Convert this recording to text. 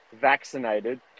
vaccinated